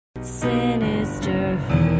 Sinister